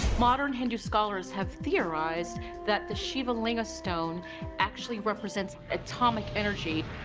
modern hindu scholars have theorized that the shiva linga stone actually represents atomic energy.